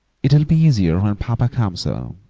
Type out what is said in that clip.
it will be easier when papa comes home.